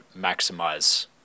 maximize